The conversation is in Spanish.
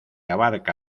abarca